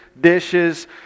dishes